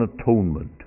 atonement